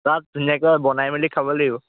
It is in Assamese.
তাত ধুনীয়াকে বনাই মেলি খাব লাগিব